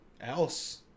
else